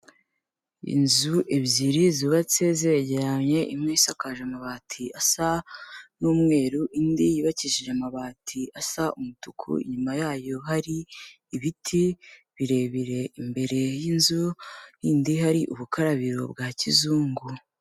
Inzu ebyiri zubatse zegeranye, imwe isakaje amabati asa n'umweru indi yubakishije amabati asa umutuku, inyuma yayo hari ibiti birebire imbere y'inzu y'indi hari ubukarabiro bwa kizungu.